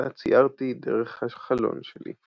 שאותה ציירתי דרך החלון שלי.